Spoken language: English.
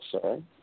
sorry